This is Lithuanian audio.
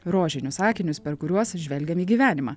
rožinius akinius per kuriuos žvelgiam į gyvenimą